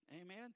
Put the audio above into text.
amen